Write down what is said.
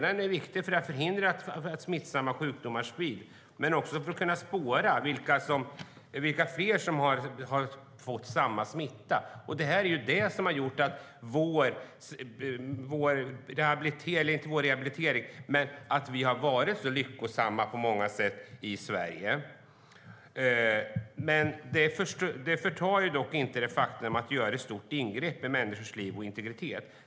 Lagen är viktig för att förhindra att smittsamma sjukdomar sprids och för att kunna spåra fler som har fått samma smitta. Lagen har bidragit till att det på många sätt har varit lyckosamt i Sverige. Det förtar dock inte det faktum att lagen innebär ett stort ingrepp i människors liv och integritet.